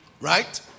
Right